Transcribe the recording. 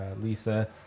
Lisa